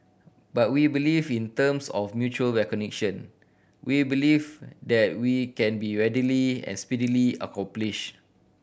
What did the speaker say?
but we believe in terms of mutual recognition we believe that we can be readily as speedily accomplished